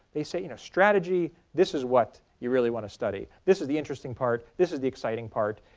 they say you know strategy this is what you really want to study. this is the interesting part. this is the exciting part.